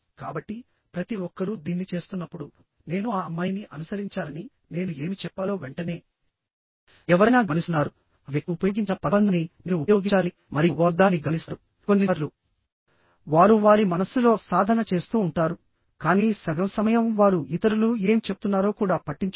కాబట్టి ప్రతి ఒక్కరూ దీన్ని చేస్తున్నప్పుడు నేను ఆ అమ్మాయిని అనుసరించాలని నేను ఏమి చెప్పాలో వెంటనే ఎవరైనా గమనిస్తున్నారుఆ వ్యక్తి ఉపయోగించిన పదబంధాన్ని నేను ఉపయోగించాలి మరియు వారు దానిని గమనిస్తారు కొన్నిసార్లు వారు వారి మనస్సులో సాధన చేస్తూ ఉంటారు కానీ సగం సమయం వారు ఇతరులు ఏమి చెప్తున్నారో కూడా పట్టించుకోరు